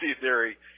theory